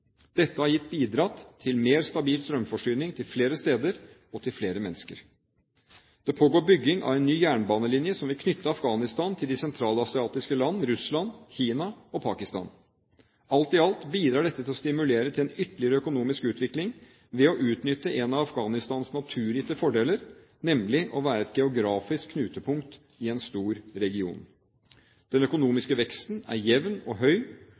Dette har gitt bidrag til mer stabil strømforsyning til flere steder og til flere mennesker. Det pågår bygging av en ny jernbanelinje som vil knytte Afghanistan til de sentralasiatiske land, Russland, Kina og Pakistan. Alt i alt bidrar dette til å stimulere til en ytterligere økonomisk utvikling ved å utnytte en av Afghanistans naturgitte fordeler, nemlig å være et geografisk knutepunkt i en stor region. Den økonomiske veksten er jevn og høy.